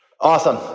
Awesome